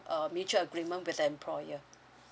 a mutual agreement with employer